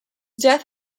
death